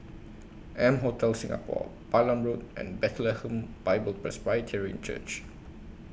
M Hotel Singapore Balam Road and Bethlehem Bible Presbyterian Church